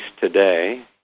today